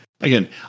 Again